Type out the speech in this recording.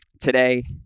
today